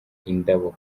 indabo